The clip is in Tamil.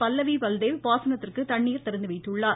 பல்லவி பல்தேவ் பாசனத்திற்கு தண்ணீர் திறந்துவைத்துள்ளார்